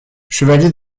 chevalier